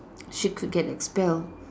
she could get expel